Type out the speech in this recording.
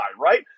right